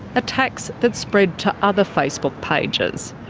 attacks that spread to other facebook pages.